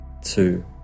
two